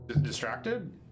Distracted